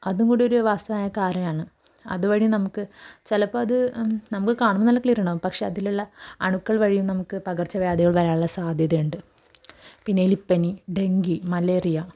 അതും കൂടി ഒരു വാസ്തവമായ കാര്യമാണ് അതുവഴി നമുക്ക് ചിലപ്പോൾ അത് നമുക്ക് കാണുമ്പോൾ നല്ല ക്ലിയറുണ്ടാകും പക്ഷെ അതിലുള്ള അണുക്കൾ വഴി നമുക്ക് പകർച്ചവ്യാധികൾ വരാനുള്ള സാദ്ധ്യതയുണ്ട് പിന്നെ എലിപ്പനി ഡെങ്കി മലേറിയ